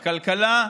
הכלכלה,